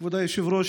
כבוד היושב-ראש,